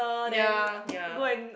ya ya